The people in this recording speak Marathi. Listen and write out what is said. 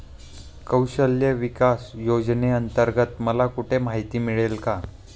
कौशल्य विकास योजनेअंतर्गत मला कुठे माहिती मिळेल?